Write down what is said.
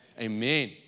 Amen